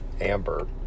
Amber